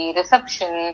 reception